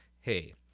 hey